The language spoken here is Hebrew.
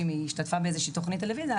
כשהיא השתתפה באיזושהי תוכנית טלוויזיה.